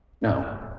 No